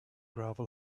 gravel